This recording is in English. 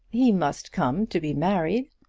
he must come to be married.